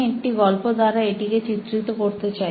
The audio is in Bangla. আমি একটি গল্প দ্বারা এটিকে চিত্রিত করতে চাই